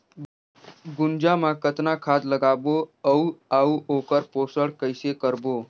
गुनजा मा कतना खाद लगाबो अउ आऊ ओकर पोषण कइसे करबो?